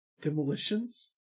demolitions